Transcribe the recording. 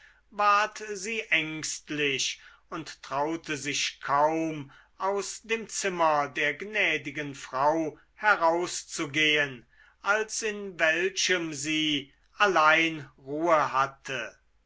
ward sie ängstlich und traute sich kaum aus dem zimmer der gnädigen frau herauszugehen als in welchem sie allein ruhe hatte